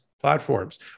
platforms